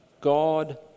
God